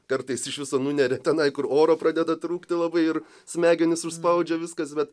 kartais iš viso nuneria tenai kur oro pradeda trūkti labai ir smegenis užspaudžia viskas bet